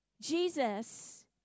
Jesus